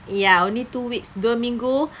ya only two weeks dua minggu